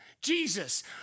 Jesus